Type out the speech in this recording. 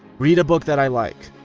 read a book that i like.